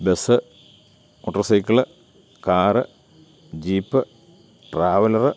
bus motor cycle car jeep traveller